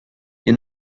you